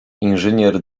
inżynier